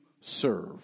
serve